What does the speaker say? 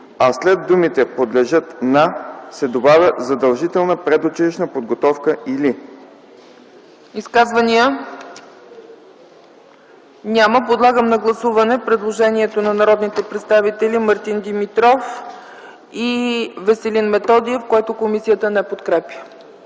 а след думите „подлежат на” се добавя „задължителна предучилищна подготовка или”.” ПРЕДСЕДАТЕЛ ЦЕЦКА ЦАЧЕВА: Изказвания? Няма. Подлагам на гласуване предложението на народните представители Мартин Димитров и Веселин Методиев, което комисията не подкрепя.